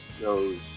goes